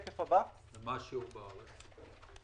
מה השיעור בארץ?